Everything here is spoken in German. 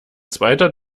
zweiter